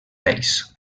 reis